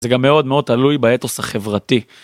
זה גם מאוד מאוד תלוי באתוס החברתי.